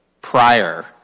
prior –